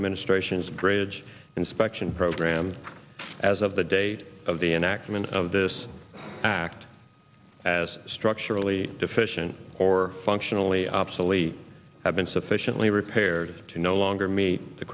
administration is grades inspection program as of the date of the enactment of this act as structurally deficient or functionally obsolete have been sufficiently repaired to no longer meet the